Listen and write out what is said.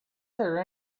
there